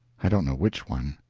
i don't know which one.